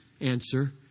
Answer